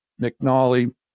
McNally